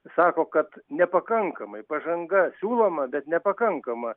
sako kad nepakankamai pažanga siūloma bet nepakankama